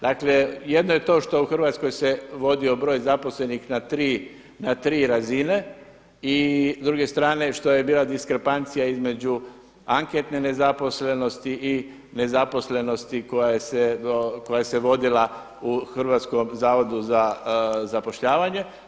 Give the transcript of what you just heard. Dakle, jedno je to što u Hrvatskoj vodio broj zaposlenih na tri razine i s druge strane što je bila diskrepancija između anketne nezaposlenosti i nezaposlenosti koja se vodila u Hrvatskom zavodu za zapošljavanje.